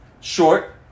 Short